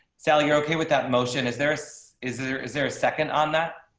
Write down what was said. sal, you're okay with that emotion is there is there is there a second on that.